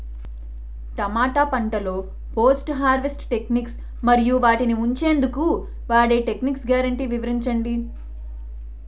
టమాటా పంటలో post harvest techniques మరియు వాటిని ఉంచెందుకు వాడే టెక్నిక్స్ గ్యారంటీ వివరించండి?